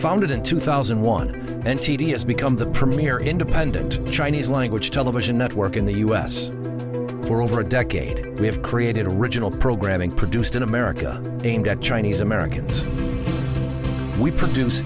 founded in two thousand and one and tedious become the premier independent chinese language television network in the us for over a decade we have created original programming produced in america aimed at chinese americans we produce